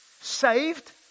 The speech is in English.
Saved